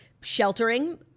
sheltering